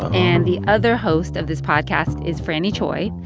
and the other host of this podcast is franny choi.